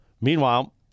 Meanwhile